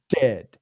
dead